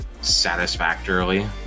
satisfactorily